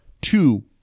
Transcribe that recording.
two